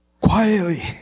Quietly